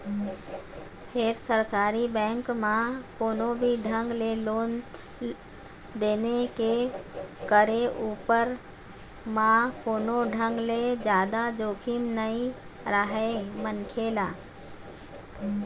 फेर सरकारी बेंक म कोनो भी ढंग ले लेन देन के करे उपर म कोनो ढंग ले जादा जोखिम नइ रहय मनखे ल